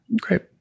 great